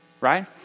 right